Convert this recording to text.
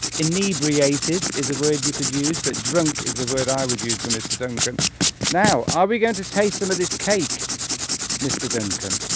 inebriated is a word you could use but drunk is the word i would use for mr. duncan now are we going to taste some of this cake mr. duncan